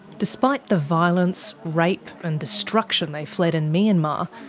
despite the violence, rape, and destruction they fled in myanmar,